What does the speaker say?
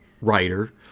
writer